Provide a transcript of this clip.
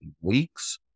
weeks